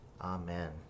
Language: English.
amen